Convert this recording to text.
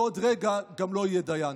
ועוד רגע גם לא יהיה דיין.